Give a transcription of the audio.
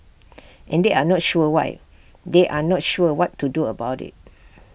and they are not sure why they are not sure what to do about IT